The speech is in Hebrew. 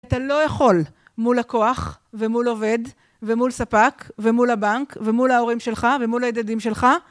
אתה לא יכול מול לקוח, ומול עובד, ומול ספק, ומול הבנק, ומול ההורים שלך, ומול הילדים שלך